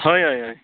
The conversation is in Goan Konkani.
हय हय हय